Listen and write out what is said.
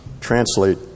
translate